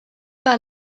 par